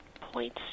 points